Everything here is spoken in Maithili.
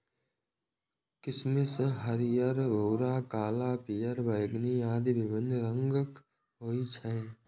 किशमिश हरियर, भूरा, काला, पीयर, बैंगनी आदि विभिन्न रंगक होइ छै